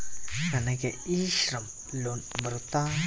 ನನಗೆ e Shram loan ಬರುತ್ತಾ?